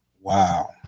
Wow